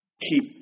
keep